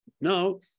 No